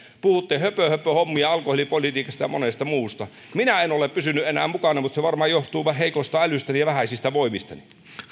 puhutte höpöhöpöhommia alkoholipolitiikasta ja monesta muusta minä en ole pysynyt enää mukana mutta se varmaan johtuu vain heikosta älystäni ja vähäisistä voimistani